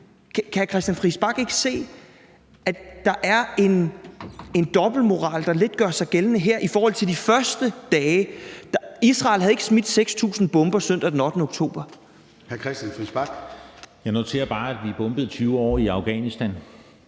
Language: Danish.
hr. Christian Friis Bach ikke se, at der er en dobbeltmoral, der lidt gør sig gældende her i forhold til de første dage? Israel havde ikke smidt 6.000 bomber søndag den 8. oktober. Kl. 11:14 Formanden (Søren Gade): Hr. Christian